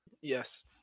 Yes